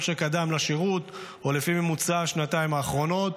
שקדם לשירות או לפי ממוצע השנתיים האחרונות,